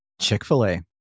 Chick-fil-A